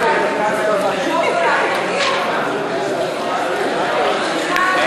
ההצעה להסיר מסדר-היום את הצעת חוק שעות עבודה ומנוחה (תיקון,